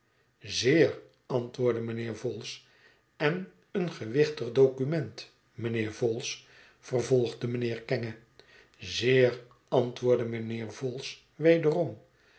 zeer antwoordde mijnheer vholes en een gewichtig document mijnheer vholes vervolgde mijnheer kenge zeer antwoordde mijnheer vholes wederom